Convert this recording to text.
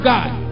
God